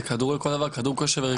זה כדור לכל דבר, זה כדור קשב וריכוז.